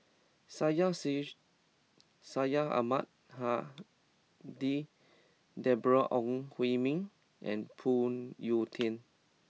Syed Sheikh Syed Ahmad Al Hadi Deborah Ong Hui Min and Phoon Yew Tien